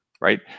right